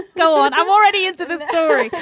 go on. i'm already into the the story.